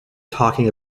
talking